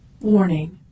Warning